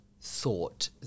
thought